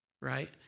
right